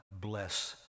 bless